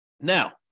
Now